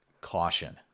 caution